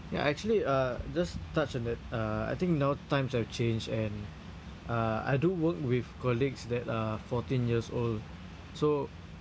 ya actually uh just touch a bit uh I think now times have changed and uh I do work with colleagues that are fourteen years old so